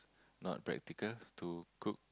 not practical to cook